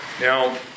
Now